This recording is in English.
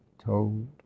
told